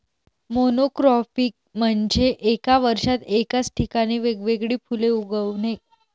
monocropping म्हणजे एका वर्षात एकाच ठिकाणी वेगवेगळी फुले उगवणे